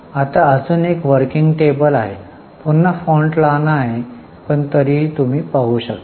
आता अजून एक वर्किंग टेबल आहे पुन्हा फॉन्ट लहान आहे पण तरीही तुम्ही पाहू शकता